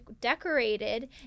decorated